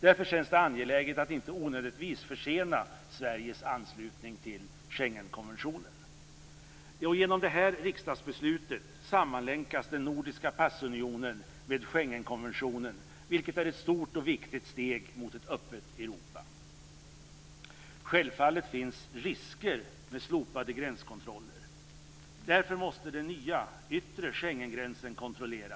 Därför känns det angeläget att inte onödigtvis försena Genom detta riksdagsbeslut sammanlänkas den nordiska passunionen med Schengenkonventionen, vilket är ett stort och viktigt steg mot ett öppet Europa.